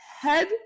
head